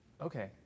Okay